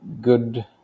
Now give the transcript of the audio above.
good